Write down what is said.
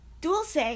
Dulce